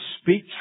speak